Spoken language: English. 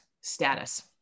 status